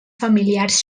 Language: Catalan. familiars